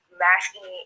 masking